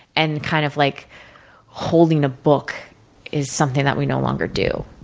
and, kind of like holding a book is something that we no longer do.